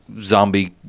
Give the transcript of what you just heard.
zombie